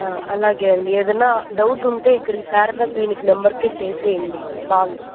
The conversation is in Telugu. అలాగే అండి ఏదైనా డౌట్ ఉంటే ఇక్కడికి ఈ శారదా క్లినిక్ నెంబర్కే చేసేయండి కాలు